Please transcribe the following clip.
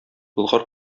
болгар